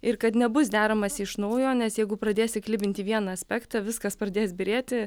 ir kad nebus deramasi iš naujo nes jeigu pradėsi klibinti vieną aspektą viskas pradės byrėti